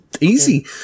easy